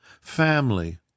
family